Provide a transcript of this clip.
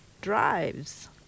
drives